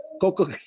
Coco